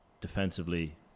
defensively